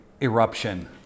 eruption